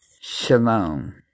shalom